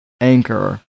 Anchor